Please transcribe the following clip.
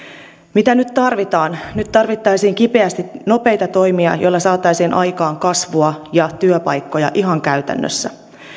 mitä nyt tarvitaan nyt tarvittaisiin kipeästi nopeita toimia joilla saataisiin aikaan kasvua ja työpaikkoja ihan käytännössä